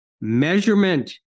measurement